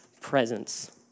presence